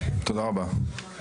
בפנדמיה.